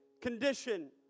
condition